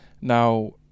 Now